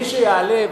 מי שיעלה,